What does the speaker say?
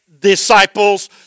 disciples